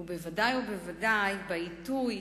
ובוודאי בעיתוי